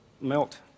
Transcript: melt